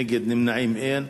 בעד, 7, נגד, נמנעים, אין.